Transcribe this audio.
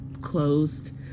closed